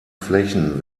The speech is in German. flächen